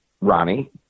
Ronnie